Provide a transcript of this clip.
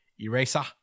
Eraser